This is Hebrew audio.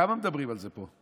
כמה מדברים על זה פה.